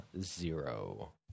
zero